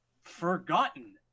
forgotten